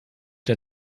der